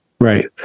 Right